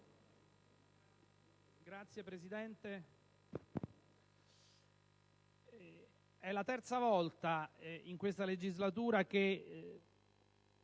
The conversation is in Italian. Signora Presidente, è la terza volta in questa legislatura che